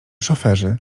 szoferzy